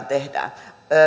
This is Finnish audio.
tehdään